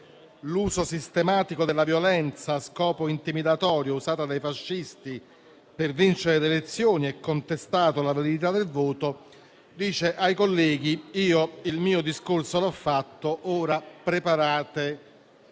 l'uso sistematico della violenza a scopo intimidatorio usata dai fascisti per vincere le elezioni e contestato la validità del voto, dice ai colleghi: «Io il mio discorso l'ho fatto. Ora voi preparate